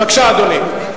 בבקשה, אדוני.